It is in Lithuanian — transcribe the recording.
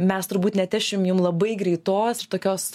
mes turbūt neatnešim jum labai greitos ir tokios